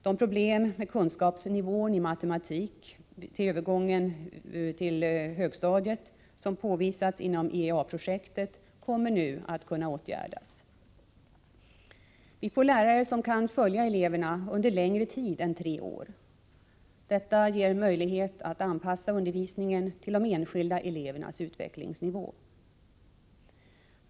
De problem med kunskapsnivån i matematik vid övergången till högstadiet som påvisats inom IEA projektet kommer nu att kunna åtgärdas. Vi får lärare som kan följa eleverna under längre tid än tre år. Detta ger möjlighet att anpassa undervisningen till de enskilda elevernas utvecklingsnivå.